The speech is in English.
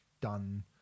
done